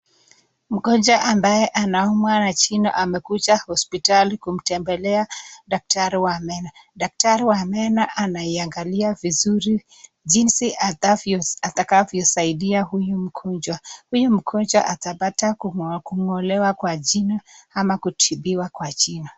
Mgonjwa ambaye anaumwa na jino amekuja hospitali kumtebelea daktari wa meno. Daktari wa meno anaiangalia vizuri jinsi atakavyosaidia huyu mgonjwa. Huyu mgonjwa atapata kungolewa kwa jino ama kutibiwa kwa jino.